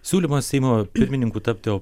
siūlymas seimo pirmininku tapti